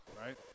right